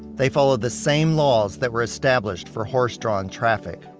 they followed the same laws that were established for horse drawn traffic.